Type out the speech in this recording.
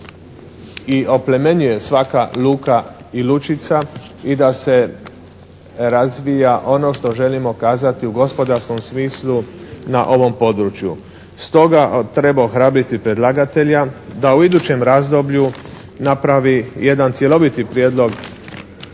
i oplemenjuje svaka luka i lučica i da se razvija ono što želimo kazati u gospodarskom smislu na ovom području. Stoga treba ohrabriti predlagatelja da u idućem razdoblju napravi jedan cjeloviti prijedlog